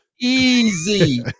easy